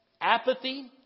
apathy